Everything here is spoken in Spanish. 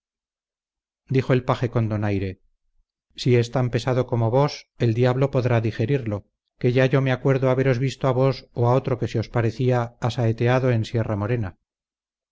dijo el paje con donaire si es tan pesado como vos el diablo podrá digerirlo que ya yo me acuerdo haberos visto a vos o a otro que se os parecía asaeteado en